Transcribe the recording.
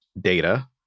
data